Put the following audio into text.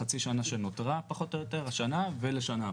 לחצי שנה שנותרה פחות או יותר השנה ולשנה הבאה.